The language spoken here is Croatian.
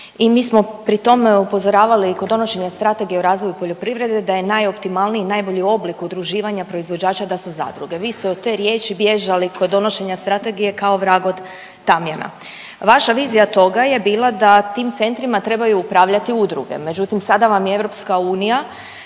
I mi smo pri tome upozoravali i kod donošenja Strategije o razvoju poljoprivrede da je najoptimalniji i najbolji oblik udruživanja proizvođača da su zadruge. Vi ste od te riječi bježali kod donošenja strategije kao vrag od tamjana. Vaša vizija toga je bila da tim centrima trebaju upravljati udruge, međutim sada vam je EU zapravo